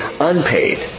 unpaid